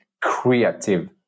creative